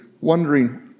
wondering